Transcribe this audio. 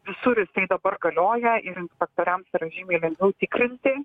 visur jisai dabar galioja ir infratransferį žymiai lengviau tikrinti